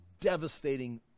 devastating